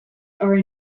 are